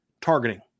Targeting